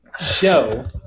show